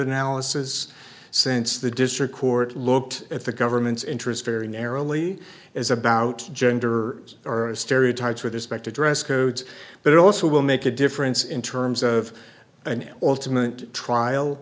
analysis since the district court looked at the government's interest very narrowly as about gender or stereotypes with respect to dress codes but it also will make a difference in terms of an ultimate trial